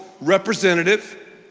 representative